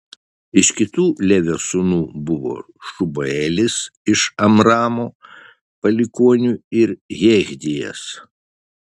iš kitų levio sūnų buvo šubaelis iš amramo palikuonių ir jechdijas